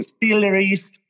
distilleries